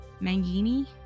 Mangini